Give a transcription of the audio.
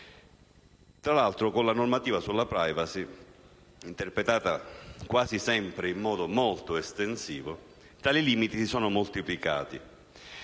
sopravvento della normativa sulla *privacy* (interpretata quasi sempre in modo molto estensivo) tali limiti si sono moltiplicati